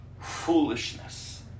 foolishness